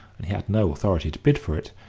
and he had no authority to bid for it,